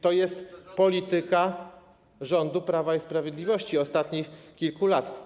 To jest polityka rządu Prawa i Sprawiedliwości, ostatnich kilku lat.